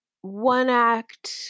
one-act